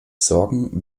sorgen